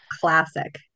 Classic